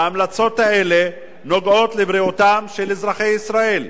וההמלצות האלה נוגעות בבריאותם של אזרחי ישראל.